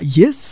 yes